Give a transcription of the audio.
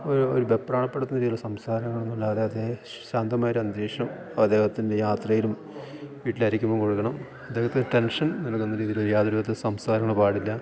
ഒരു ഒരു വെപ്രാളപ്പെടുത്തുന്ന രീതിയിലുള്ള സംസാരങ്ങളൊന്നുമില്ലാതെ അതേ ശാന്തമായൊരു അന്തരീക്ഷം അദ്ദേഹത്തിൻ്റെ യാത്രയിലും വീട്ടിലായിരിക്കുമ്പോഴും കൊടുക്കണം അദ്ദേഹത്തിന് ടെൻഷൻ നൽകുന്ന രീതിയിലൊരു യാതൊരുവിധത്തിൽ സംസാരങ്ങൾ പാടില്ല